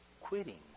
quitting